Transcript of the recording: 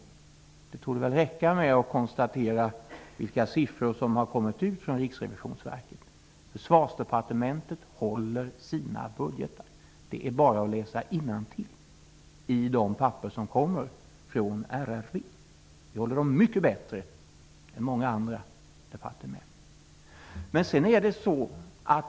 Det torde räcka med att se på de siffror som kommit ut från Riksrevisionsverket: Försvarsdepartementet håller sina budgetar. Det är bara att läsa innantill i de papper om kommer från RRV. Vi håller budgetar mycket bättre än många andra departement.